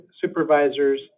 supervisors